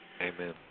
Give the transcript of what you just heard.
Amen